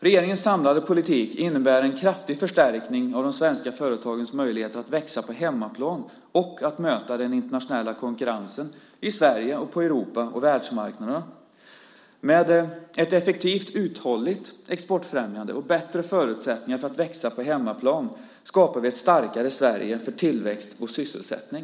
Regeringens samlade politik innebär en kraftig förstärkning av de svenska företagens möjligheter att växa på hemmaplan och att möta den internationella konkurrensen i Sverige och på Europa och världsmarknaderna. Med ett effektivt, uthålligt exportfrämjande och bättre förutsättningar för att växa på hemmaplan skapar vi ett starkare Sverige för tillväxt och sysselsättning.